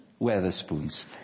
Weatherspoons